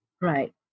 Right